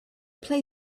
play